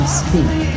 speak